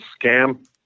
scam